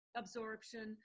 absorption